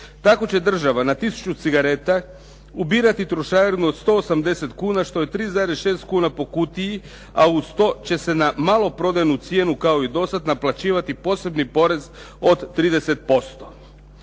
Tako će država na 1 000 cigareta ubirati trošarinu od 180 kuna, što je 3,6 kuna po kutiji, a uz to će se na maloprodajnu cijenu kao i do sad naplaćivati posebni porez od 30%.